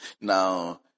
Now